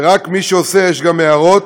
ורק מי שעושה, יש גם הערות,